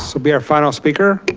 so be our final speaker.